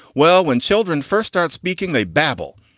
well, when children first start speaking, they babble.